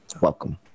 welcome